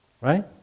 right